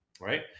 right